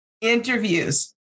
interviews